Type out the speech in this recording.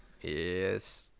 Yes